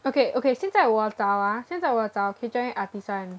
okay okay 现在我找啊我找 KitchenAid Artisan